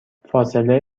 فاصله